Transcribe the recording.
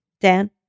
Dan